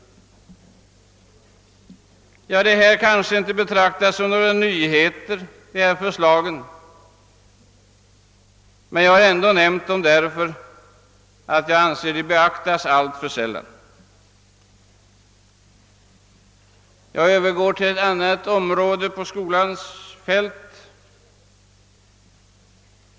Dessa förslag betraktas kanske inte som några nyheter, men jag har ändå velat framföra dem, därför att jag anser att de beaktas alltför sällan. Jag övergår till eit annat område på skolans fält.